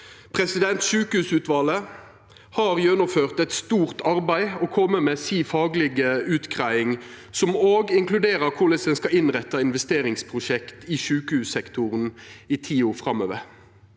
plass. Sjukehusutvalet har gjennomført eit stort arbeid og kome med si faglege utgreiing, som òg inkluderer korleis ein skal innretta investeringsprosjekt i sjukehussektoren i tida framover.